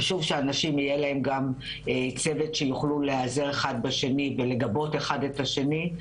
חשוב שלאנשים יהיה צוות שיוכלו להיעזר אחד בשני ולגבות אחד את השני.